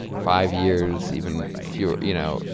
five years, even, fewer you know. yeah.